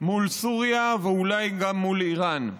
מול סוריה, ואולי גם מול איראן.